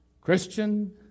Christian